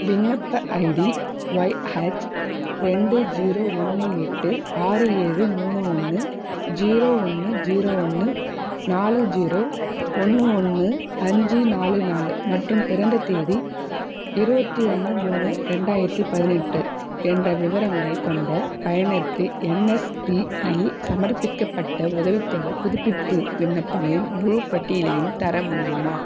விண்ணப்ப ID Y H ரெண்டு zero ஒன்று எட்டு ஆறு ஏழு மூணு ஒன்று ஜீரோ ஒன்று ஜீரோ ஒன்று நாலு ஜீரோ ஒன்று ஒன்று அஞ்சு நாலு நாலு மற்றும் பிறந்த தேதி இருபத்தி ஒன்று மூணு ரெண்டாயிரத்தி பதினெட்டு என்ற விவரங்கள் கொண்ட பயனருக்கு என்எஸ்பியில் சமர்ப்பிக்கப்பட்ட உதவித்தொகைப் புதுப்பிப்பு விண்ணப்பங்களின் முழுப்பட்டியலையும் தர முடியுமா